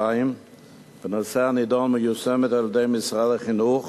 בנושא הנדון מיושמת על-ידי משרד החינוך,